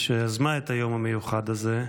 שיזמה את היום המיוחד הזה,